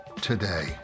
today